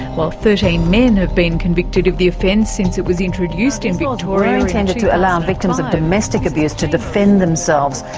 while thirteen men have been convicted of the offence since it was introduced in victoria, intended to allow victims of domestic abuse to defend themselves,